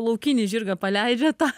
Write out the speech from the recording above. laukinį žirgą paleidžia tą